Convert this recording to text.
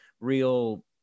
real